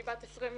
אני בת 23,